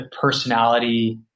personality